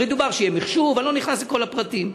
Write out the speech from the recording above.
הרי דובר שיהיה מחשוב, אני לא נכנס לכל הפרטים.